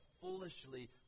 foolishly